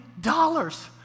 dollars